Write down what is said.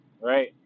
right